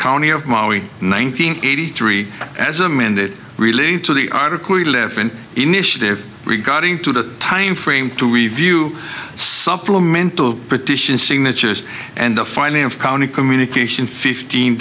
county of nineteen eighty three as amended relating to the article eleven initiative regarding to the timeframe to review supplemental petition signatures and the finance county communication fifteen